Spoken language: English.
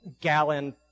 gallon